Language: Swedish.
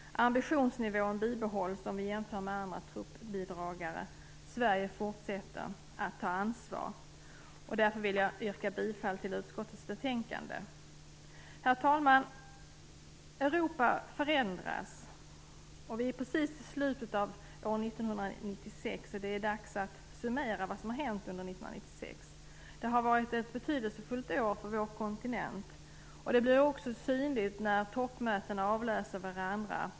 Ambitionsnivån bibehålls om vi jämför med andra truppbidragare. Sverige fortsätter att ta ansvar, och därför vill jag yrka bifall till utskottets hemställan. Herr talman! Europa förändras. Vi är precis i slutet av år 1996 och det är dags att summera vad som har hänt under året. Det har varit ett betydelsefullt år för vår kontinent. Det blir också synligt när toppmötena avlöser varandra.